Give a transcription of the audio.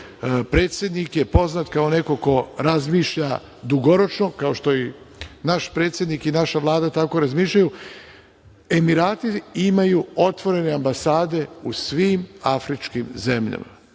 predsednik je poznat kao neko ko razmišlja dugoročno, kao što i naš predsednik i naša Vlada tako razmišljaju. Emirati imaju otvorene ambasade u svim afričkim zemljama,